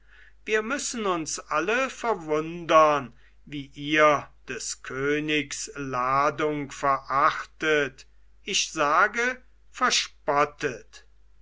wir müssen uns alle verwundern wie ihr des königs ladung verachtet ich sage